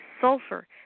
sulfur